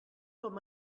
com